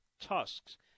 Tusks